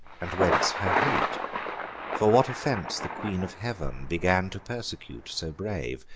and whence her hate for what offense the queen of heav'n began to persecute so brave,